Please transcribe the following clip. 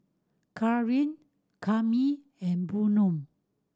Charline Cami and Bynum